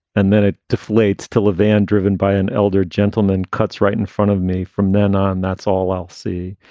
and then it deflates till a van driven by an elder gentleman cuts right in front of me. from then on, that's all i'll see.